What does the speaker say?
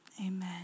Amen